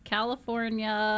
California